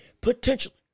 potentially